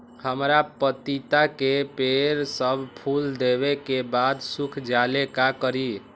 हमरा पतिता के पेड़ सब फुल देबे के बाद सुख जाले का करी?